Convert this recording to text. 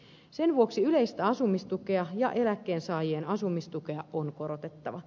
sen vuoksi yleistä asumistukea ja eläkkeensaajien asumistukea on korotettava